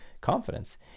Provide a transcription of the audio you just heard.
confidence